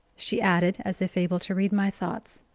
she added, as if able to read my thoughts.